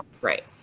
Right